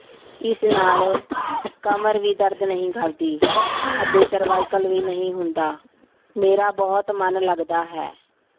ਇਸ ਨਾਲ ਕਮਰ ਵੀ ਦਰਦ ਨਹੀਂ ਕਰਦੀ ਅਤੇ ਸਰਵਾਈਕਲ ਵੀ ਨਹੀਂ ਹੁੰਦਾ ਮੇਰਾ ਬਹੁਤ ਮਨ ਲੱਗਦਾ ਹੈ